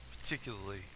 particularly